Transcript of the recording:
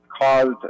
caused